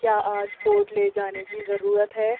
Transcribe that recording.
کیا آج کوٹ لے جانے کی ضرورت ہے